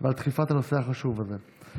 ועל דחיפת הנושא החשוב הזה.